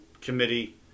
Committee